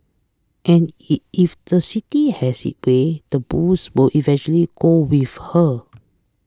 and if the city has its way the bulls will eventually go with her